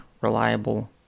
reliable